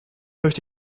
möchte